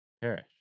Perish